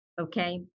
okay